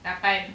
that time